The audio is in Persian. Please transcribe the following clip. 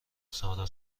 سارا